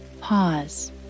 pause